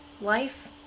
life